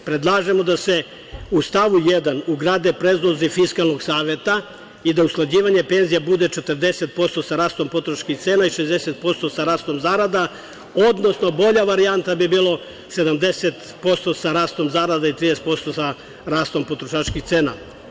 Predlažemo da se u stavu 1. ugrade predlozi Fiskalnog saveta i da usklađivanje penzija bude 40% sa rastom potrošačkih cena i 60% sa rastom zarada, odnosno bolja varijanta bi bilo 70% sa rastom zarada i 30% sa rastom potrošačkih cena.